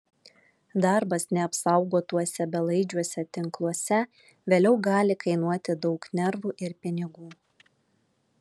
darbas neapsaugotuose belaidžiuose tinkluose vėliau gali kainuoti daug nervų ir pinigų